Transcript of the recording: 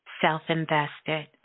self-invested